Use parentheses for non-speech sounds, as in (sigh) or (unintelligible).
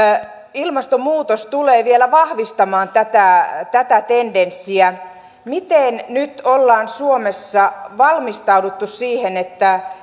ilmastonmuutos tulee vielä vahvistamaan tätä tätä tendenssiä miten nyt ollaan suomessa valmistauduttu siihen että (unintelligible)